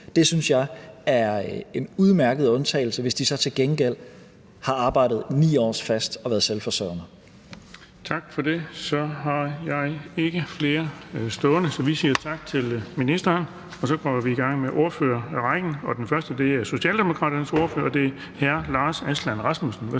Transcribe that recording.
Det synes jeg er en udmærket undtagelse, hvis de så til gengæld har arbejdet 9 år fast og været selvforsørgende. Kl. 14:38 Den fg. formand (Erling Bonnesen): Tak for det. Så har jeg ikke flere stående. Vi siger tak til ministeren, og vi går i gang med ordførerrækken. Den første er Socialdemokraternes ordfører, og det er hr. Lars Aslan Rasmussen.